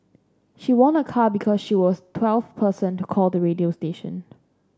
she won a car because she was twelfth person to call the radio station